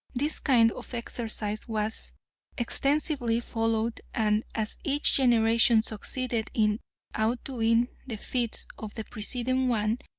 this kind of exercise was extensively followed, and as each generation succeeded in outdoing the feats of the preceding one,